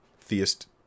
theist